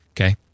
Okay